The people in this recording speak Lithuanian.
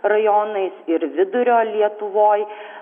rajonais ir vidurio lietuvoj